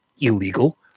illegal